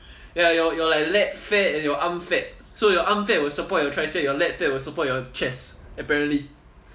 ya your your like your lad fat and your arm fat so your arm fat will support your tricep your lad fat will support your chest apparently